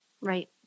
Right